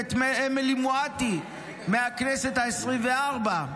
ואת אמילי מואטי מהכנסת העשרים-וארבע,